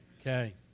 Okay